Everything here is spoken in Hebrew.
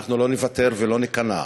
אנחנו לא נוותר ולא ניכנע,